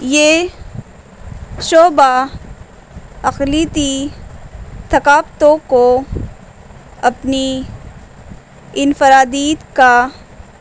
یہ شعبہ اقلیتی ثقافتوں کو اپنی انفرادیت کا